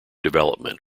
development